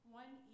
one